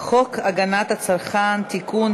חוק הגנת הצרכן (תיקון,